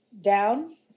down